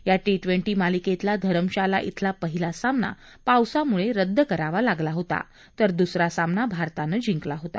या T twenty मालिकेतला धरमशाला इथला पहिला सामना पावसामुळे रद्द करावा लागला होता तर दुसरा सामना भारतानं जिंकला होता